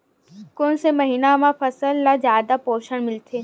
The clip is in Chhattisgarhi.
कोन से महीना म फसल ल जादा पोषण मिलथे?